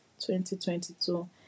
2022